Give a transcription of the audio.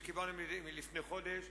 שקיבלנו לפני חודש.